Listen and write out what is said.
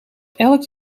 elk